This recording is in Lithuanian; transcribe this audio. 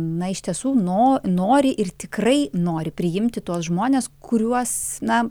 na iš tiesų no nori ir tikrai nori priimti tuos žmones kuriuos na